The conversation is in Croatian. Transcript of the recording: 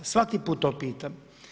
Svaki put to pitam.